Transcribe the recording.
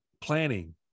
planning